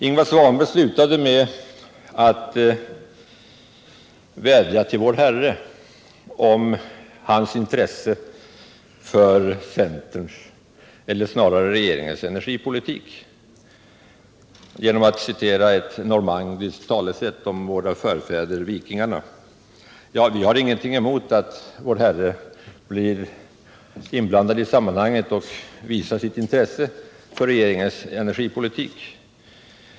Ingvar Svanberg slutade med att vädja till vår Herre om hans intresse för centerns eller snarare regeringens energipolitik genom att citera ett normandiskt talesätt om våra förfäder vikingarna. Vi har ingenting emot att vår Herre blir inblandad i sammanhanget och visar sitt intresse för regeringens energipolitik.